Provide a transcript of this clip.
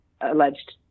alleged